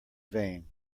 vain